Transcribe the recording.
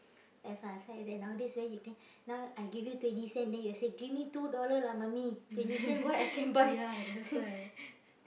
that's why I say nowadays where you think now I give you twenty cent then you say give me two dollar lah mummy twenty cent what I can buy